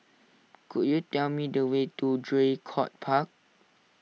could you tell me the way to Draycott Park